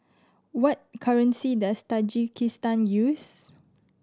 what currency does Tajikistan use